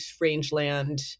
rangeland